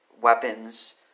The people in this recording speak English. Weapons